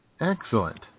Excellent